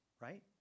right